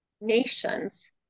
nations